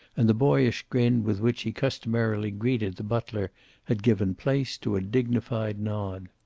and the boyish grin with which he customarily greeted the butler had given place to a dignified nod.